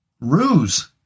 ruse